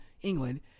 England